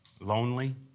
Lonely